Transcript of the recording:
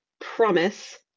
promise